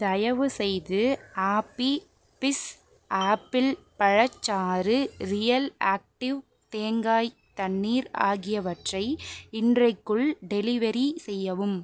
தயவுசெய்து appy fizz apple பழச்சாறு real active தேங்காய் தண்ணீர் ஆகியவற்றை இன்றைக்குள் டெலிவெரி செய்யவும்